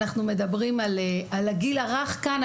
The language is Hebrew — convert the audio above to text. אנחנו מדברים על הגיל הרך כאן,